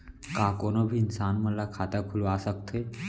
का कोनो भी इंसान मन ला खाता खुलवा सकथे?